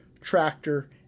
tractor